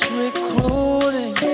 recruiting